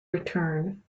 return